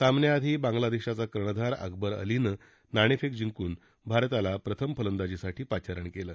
सामन्याआधी बांगलादेशाचा कर्णधार अकबर अलीनं नाणेफेक जिंकून भारताला प्रथम फंलदाजीसाठी पाचारण केलं